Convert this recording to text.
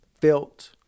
felt